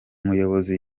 muyobozi